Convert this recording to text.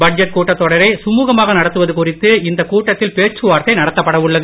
budget கூட்டத் தொடரை சுமுகமாக நடத்துவது குறித்து இந்த கூட்டத்தில் பேச்சு வார்த்தை நடத்தப்பட உள்ளது